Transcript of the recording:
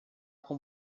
com